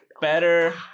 better